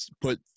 put